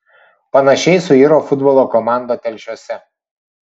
panašiai suiro futbolo komanda telšiuose